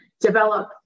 develop